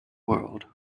world